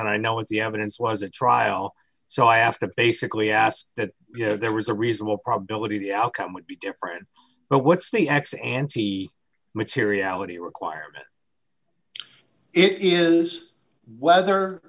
and i know what the evidence was at trial so i have to basically ask that you know there was a reasonable probability the outcome would be different but what's the x and z materiality requirement it is whether